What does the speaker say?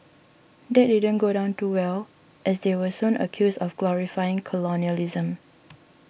that didn't go down too well as they were soon accused of glorifying colonialism